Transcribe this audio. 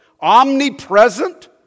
omnipresent